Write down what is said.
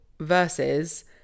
versus